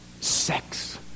sex